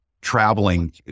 traveling